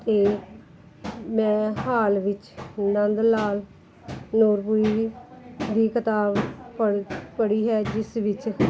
ਅਤੇ ਮੈਂ ਹਾਲ ਵਿੱਚ ਨੰਦ ਲਾਲ ਨੂਰਪੁਰੀ ਦੀ ਕਿਤਾਬ ਪੜ੍ਹ ਪੜ੍ਹੀ ਹੈ ਜਿਸ ਵਿੱਚ